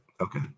Okay